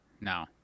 No